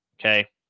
Okay